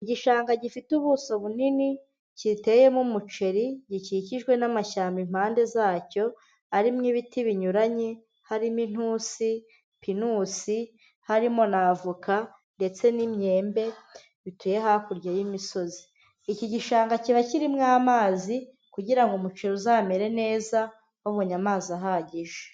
Igishanga gifite ubuso bunini, kiteyemo umuceri, gikikijwe n'amashyamba impande zacyo, arimo ibiti binyuranye, harimo intusi, pinusi, harimo na avoka, ndetse n'imyembe, bituye hakurya y'imisozi. Iki gishanga kiba kirimo amazi, kugira ngo umuceri uzamere neza, babonye amazi ahagije.